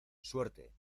suerte